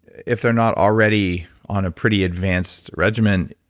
if they're not already on a pretty advanced regiment,